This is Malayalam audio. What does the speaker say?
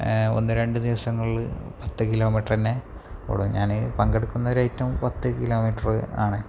ഒന്ന് രണ്ട് ദിവസങ്ങളില് പത്ത് കിലോമീറ്റര് തന്നെ ഓടും ഞാന് പങ്കെടുക്കുന്ന ഒരൈറ്റം പത്ത് കിലോമീറ്റര് ആണ്